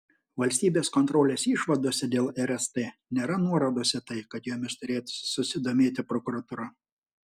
valstybės kontrolės išvadose dėl rst nėra nuorodos į tai kad jomis turėtų susidomėti prokuratūra